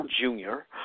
junior